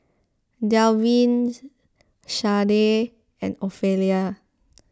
Dalvin Shardae and Ofelia